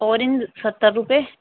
orange ستر روپئے